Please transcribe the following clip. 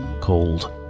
called